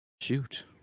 Shoot